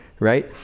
Right